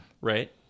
Right